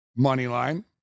Moneyline